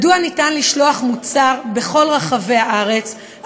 מדוע אפשר לשלוח מוצר בכל רחבי הארץ,